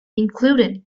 included